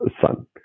son